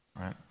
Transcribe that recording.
Right